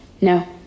No